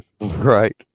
right